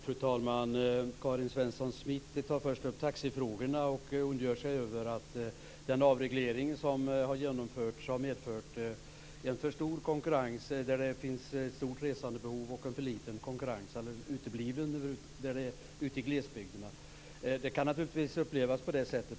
Fru talman! Karin Svensson Smith tar först upp taxifrågorna och ondgör sig över att avregleringen har medfört för stor konkurrens där det finns ett stort resandebehov och för liten eller utebliven konkurrens i glesbygderna. Det kan naturligtvis upplevas så.